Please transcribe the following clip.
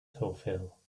fulfill